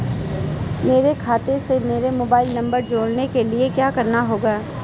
मेरे खाते से मेरा मोबाइल नम्बर जोड़ने के लिये क्या करना होगा?